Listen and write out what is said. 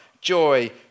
joy